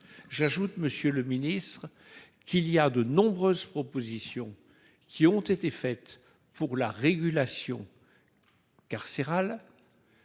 J'ajoute, monsieur le garde des sceaux, que de nombreuses propositions ont été faites pour la régulation carcérale,